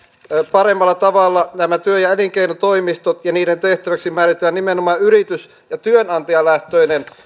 paremmalla tavalla nämä työ ja elinkeinotoimistot ja niiden tehtäväksi määritetään nimenomaan yritys ja työnantajalähtöinen